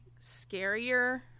scarier